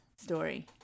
story